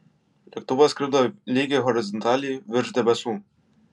lėktuvas skrido lygiai horizontaliai virš debesų